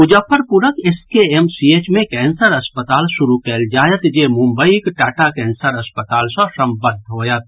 मुजफ्फरपुरक एसकेएमसीएच मे कैंसर अस्पताल शुरू कयल जायत जे मुम्बईक टाटा कैंसर अस्पताल सँ सम्बद्ध होयत